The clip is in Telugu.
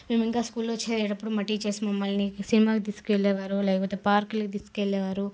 మేము ఇంకా స్కూల్లో చేరేటప్పుడు మా టీచర్స్ మమ్మల్ని సినిమాకి తీసుకెళ్లేవారు లేకపోతే పార్కులకు తీసుకెళ్లేవారు